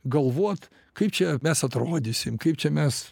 galvot kaip čia mes atrodysim kaip čia mes